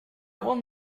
one